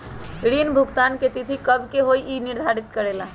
ऋण भुगतान की तिथि कव के होई इ के निर्धारित करेला?